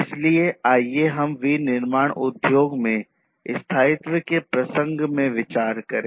इसलिए आइए हम विनिर्माण उद्योग में स्थायित्व के प्रसंग में विचार करें